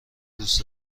دوست